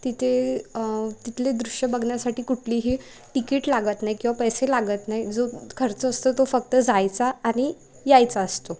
तिथे तिथले दृश्य बघण्यासाठी कुठलेही तिकीट लागत नाही किंवा पैसे लागत नाही जो खर्च असतो तो फक्त जायचा आणि यायचा असतो